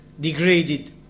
degraded